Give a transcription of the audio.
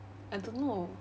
I don't know